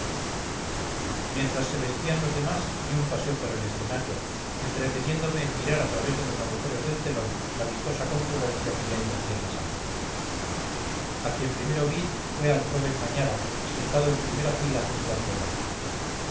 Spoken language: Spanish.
mientras se vestían los demás di un paseo por el escenario entreteniéndome en mirar al través de los agujeros del telón la vistosa concurrencia que ya invadía la sala a quien primero vi fue al joven mañara sentado en primera fila junto al telón